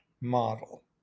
model